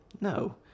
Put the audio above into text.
no